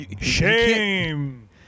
shame